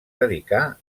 dedicà